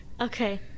Okay